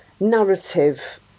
narrative